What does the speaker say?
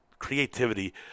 creativity